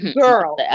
Girl